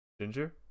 Ginger